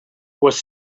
was